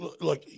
look